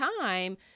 time